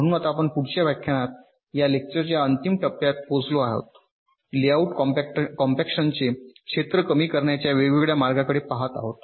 म्हणून आपण आता पुढच्या व्याख्यानात या लेक्चरच्या अंतिम टप्प्यात पोहोचलो आहोत लेआउट कॉम्पॅक्शनचे क्षेत्र कमी करण्याच्या वेगवेगळ्या मार्गांकडे पहात आहात